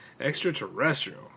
Extraterrestrial